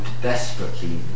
desperately